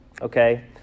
Okay